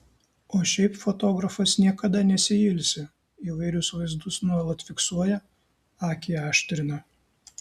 o šiaip fotografas niekada nesiilsi įvairius vaizdus nuolat fiksuoja akį aštrina